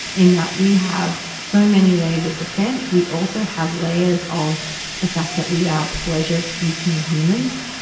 in that we have so many layers of defense. we also have layers of the fact that we are pleasure-seeking humans,